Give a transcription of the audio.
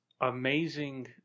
amazing